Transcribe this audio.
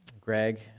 Greg